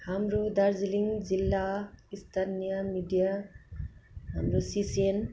हाम्रो दार्जिलिङ जिल्ला स्थानीय मिडिया हाम्रो सिसिएन